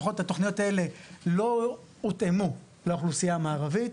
לפחות התוכניות האלה לא הותאמו לאוכלוסייה המערבית,